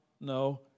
No